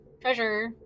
treasure